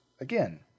again